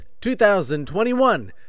2021